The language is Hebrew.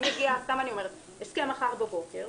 אם יגיע סתם אני אומרת הסכם מחר בבוקר,